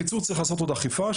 בקיצור, צריך לעשות עוד אכיפה.